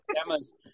Emma's